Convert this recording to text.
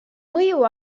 mõju